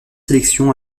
sélections